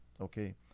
okay